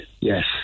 Yes